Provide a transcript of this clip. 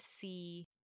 see